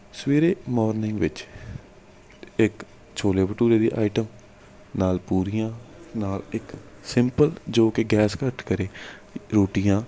ਸਵੇਰੇ ਮਾਰਨਿੰਗ ਵਿੱਚ ਇੱਕ ਛੋਲੇ ਭਟੂਰੇ ਦੀ ਆਈਟਮ ਨਾਲ ਪੂਰੀਆਂ ਨਾਲ ਇੱਕ ਸਿੰਪਲ ਜੋ ਕਿ ਗੈਸ ਘੱਟ ਕਰੇ ਰੋਟੀਆਂ